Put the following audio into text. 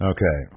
Okay